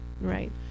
Right